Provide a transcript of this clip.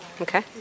Okay